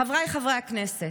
חבריי חברי הכנסת,